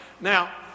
Now